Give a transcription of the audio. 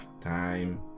Time